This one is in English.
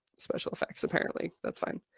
special effects apparently. that's fine.